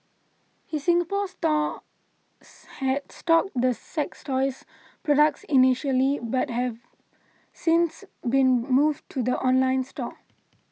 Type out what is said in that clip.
his Singapore store had stocked the sex toys products initially but have since been moved to the online store